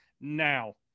Now